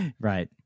Right